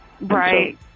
Right